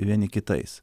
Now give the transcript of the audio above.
vieni kitais